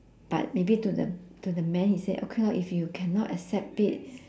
but maybe to the to the man he say okay lor if you cannot accept it